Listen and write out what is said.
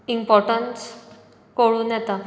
importance कळून येता